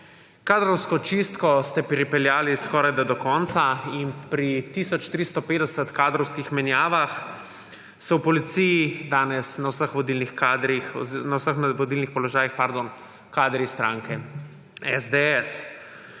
Kadrovsko čistko ste pripeljali skorajda do konca in pri tisoč 350 kadrovskih menjavah so v policiji na vseh vodilnih položajih kadri stranke SDS.